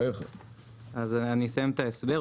אני אסיים את ההסבר.